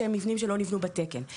שהם מבנים שלא נבנו בתקן.